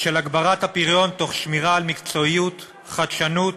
של הגברת הפריון תוך שמירה על מקצועיות, חדשנות